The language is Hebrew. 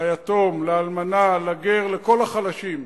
ליתום, לאלמנה, לגר, לכל החלשים.